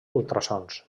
ultrasons